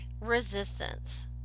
resistance